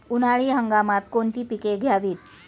उन्हाळी हंगामात कोणती पिके घ्यावीत?